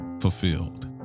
fulfilled